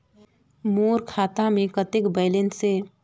मोर खाता मे कतेक बैलेंस हे?